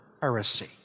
heresy